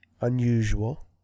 unusual